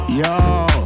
yo